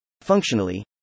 Functionally